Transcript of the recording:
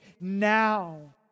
now